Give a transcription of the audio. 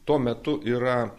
tuo metu yra